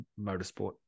motorsport